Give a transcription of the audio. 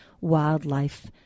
wildlife